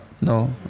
No